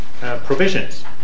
provisions